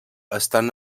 estan